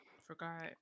forgot